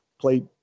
played